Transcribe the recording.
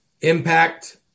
Impact